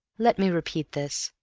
let me repeat this,